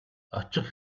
очих